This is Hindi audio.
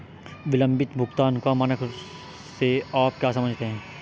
विलंबित भुगतान का मानक से आप क्या समझते हैं?